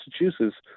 Massachusetts